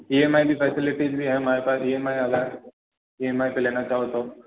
E M I भी facilities भी हैं हमारे पास ई एम आइ अगर ई एम आई पे लेना चाहे तो